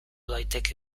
daiteke